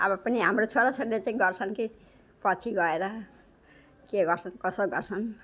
अब पनि हाम्रो छोराछोरीले चाहिँ गर्छन् कि पछि गएर के गर्छन् कसो गर्छन्